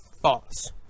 false